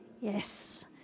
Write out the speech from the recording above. Yes